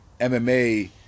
mma